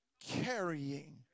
carrying